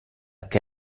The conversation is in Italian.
che